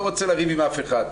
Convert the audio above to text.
לא רוצה לריב עם אף אחד.